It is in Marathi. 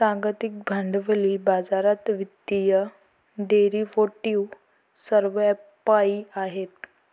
जागतिक भांडवली बाजारात वित्तीय डेरिव्हेटिव्ह सर्वव्यापी आहेत